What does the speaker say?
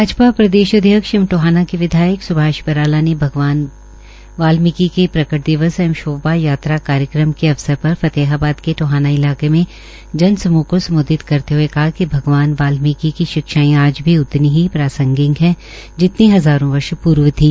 भाजपा प्रदेशाध्यक्ष एवं टोहाना के विधायक सुभाष बराला ने भगवान वाल्मीकि के प्रकट दिवस एवं शोभा यात्रा कार्यक्रम के अवसरपर फतेहाबाद के टोहाना इलाके में जनसमूह को सम्बोधित करते हए कहा कि भगवान वाल्मीकि की शिक्षाएं आज भी उतनी ही प्रांसगिक है जितनी हज़ारां वर्ष पूर्व थी